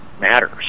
matters